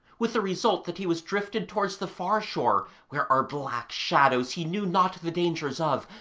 with the result that he was drifted towards the far shore, where are black shadows he knew not the dangers of,